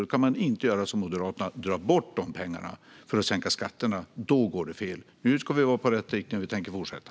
Då kan man inte, som Moderaterna, dra bort pengarna för att sänka skatterna. Då går det fel. Nu går vi i rätt riktning, och vi tänker fortsätta.